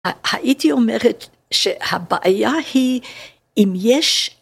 הייתי אומרת שהבעיה היא אם יש.